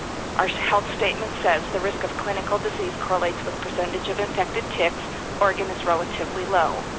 our so health statement says, the risk of clinical disease correlates with percentage of infected ticks oregon is relatively low.